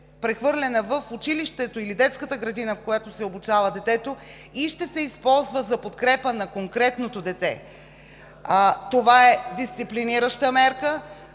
прехвърлена в училището или детската градина, в която се обучава детето, и ще се използва за подкрепа на конкретното дете. Това е дисциплинираща мярка.